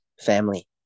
family